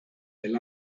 del